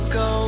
go